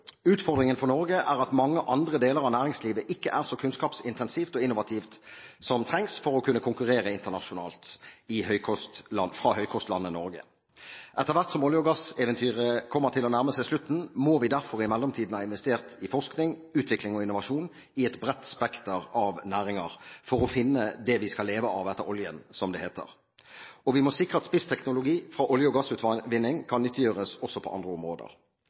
Utfordringen for Norge er at mange andre deler av næringslivet ikke er så kunnskapsintensivt og innovativt som det som trengs for å kunne konkurrere internasjonalt fra høykostlandet Norge. Etter hvert som olje- og gasseventyret kommer til å nærme seg slutten, må vi derfor i mellomtiden ha investert i forskning, utvikling og innovasjon i et bredt spekter av næringer for å finne «det vi skal leve av etter oljen», som det heter. Og vi må sikre at spissteknologi fra olje- og gassutvinning kan nyttiggjøres også på andre områder.